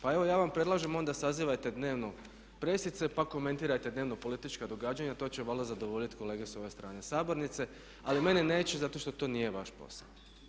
Pa ja vam predlažem onda, sazivajte dnevno presice pa komentirajte dnevno politička događanja, to će valjda zadovoljiti kolege s ove strane sabornice ali mene neće zato što to nije vaš posao.